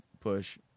push